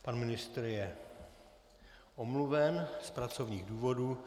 Pan ministr je omluven z pracovních důvodů.